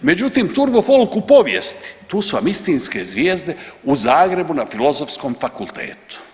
Međutim, turbo folk u povijesti tu su vam istinske zvijezde u Zagrebu na Filozofskom fakultetu.